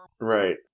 Right